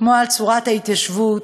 על צורת ההתיישבות,